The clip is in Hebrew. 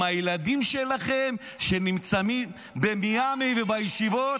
עם הילדים שלכם, שנמצאים במיאמי ובישיבות?